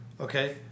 Okay